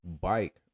bike